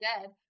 dead